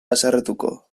haserretuko